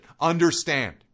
Understand